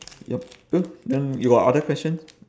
yup then you got other questions